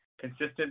consistent